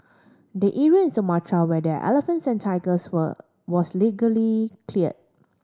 the area in Sumatra where the elephants and tigers were was illegally cleared